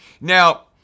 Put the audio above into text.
Now